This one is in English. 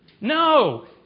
No